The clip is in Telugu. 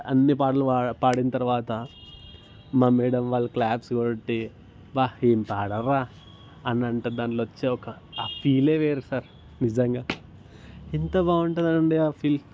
అన్నీ పాటలు పా పాడిన తర్వాత మా మ్యాడమ్ వాళ్ళు క్లాప్స్ కొట్టి అబ్బా ఏం పాడారు రా అని అంటే దానిలో వచ్చే ఒక ఆ ఫీలే వేరు సార్ నిజంగా ఎంత బాగుంటుంది అండి ఆ ఫీల్